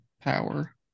power